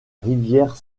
rivière